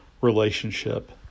relationship